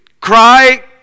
Cry